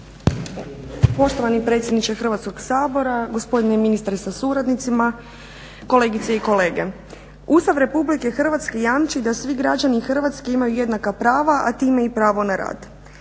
Poštovani predsjedniče Hrvatskog sabora, gospodine ministre sa suradnicima, kolegice i kolege. Ustav Republike Hrvatske jamči da svi građani Hrvatske imaju jednaka prava, a time i pravo na rad.